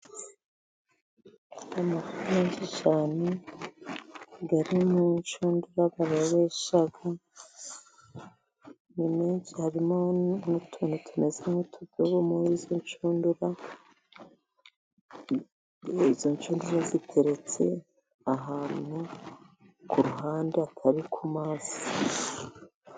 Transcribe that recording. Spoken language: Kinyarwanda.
Amafi meshi cyane ari mu nshundura barobesha, ni meshi harimo n'utuntu tumeze nk'utudobo muri izo nshundura. Izo nshundura ziteretse ahantu ku ruhande hatari ku mazi.